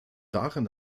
darin